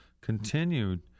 continued